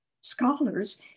scholars